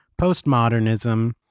postmodernism